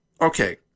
okay